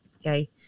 okay